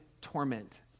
torment